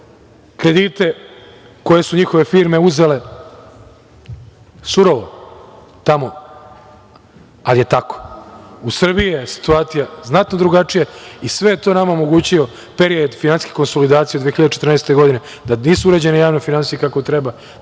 kredite koje su njihove firme uzele. Surovo, ali je tako.U Srbiji je situacija znatno drugačije i sve je to nama omogućio period finansijske konsolidacije od 2014. godine. Da nisu urađene javne finansije kako treba,